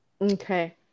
Okay